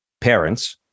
parents